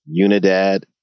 Unidad